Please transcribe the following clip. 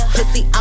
Pussy